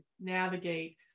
navigate